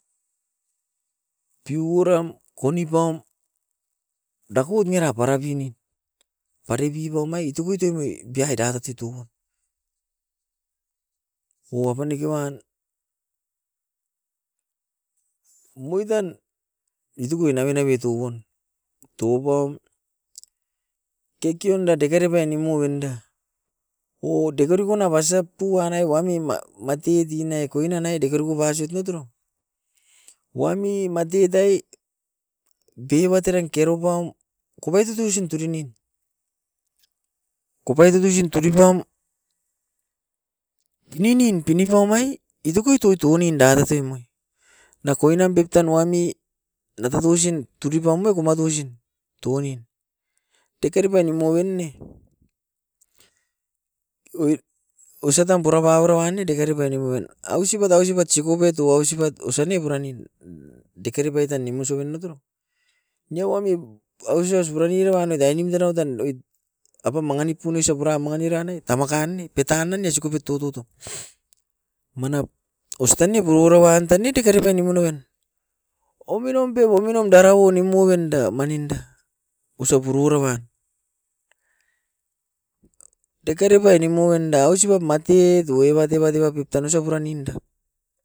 Piuram, koni paum dakot niera parapini tarepipo omai itukuito mibiai data tuito. Ou apaneke wan omoit tan iitukui nave nave tugun. Toko paum kekenda dekere pai nimua ven da, o dekerikona basap pu anai wamim maa titine kuaina nai dekeriku pasoit nai atoro, wami matitai bibat eran keropaum kopai tutusin turinin. Kopai tutusin turipam, pini nin, pini paum ai itokoit toitun inda datemai, na koinam biptam wami natutusin turipam oi kuma tusin tounin. Dekeri pai nimuan noven ne, oi oisatam purapau roan ne dekeri pai nimuan. Ausipat, ausipat sikupet o ausipat osa ne puranin, dekere pai tan nimusoen ne atoro nia wami aus aus puran niroan ne tai nimutenau tan oit apm manginip punoisa puram manginip era ne tamaka ne petana ne sikubit toututo. Manap ostan ne puruan tan ne dekere pai nimun noven, ominom pep, ominom dareu nimua oinda manin da, osau puroura wan. Dekeri pai nimuan da ausipap matet oi evat evat eva pep tan osa puran ninda.